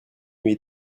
était